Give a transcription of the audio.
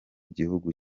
gihugu